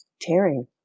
tearing